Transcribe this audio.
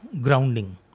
grounding